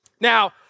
Now